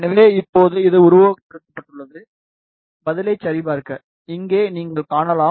எனவே இப்போது இது உருவகப்படுத்தப்பட்டுள்ளது பதிலைச் சரிபார்க்க இங்கே நீங்கள் காணலாம்